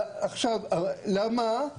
עכשיו, למה?